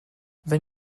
wenn